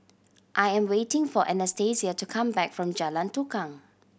I am waiting for Anastasia to come back from Jalan Tukang